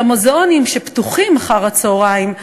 שהמוזיאונים שפתוחים אחר-הצהריים,